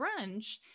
brunch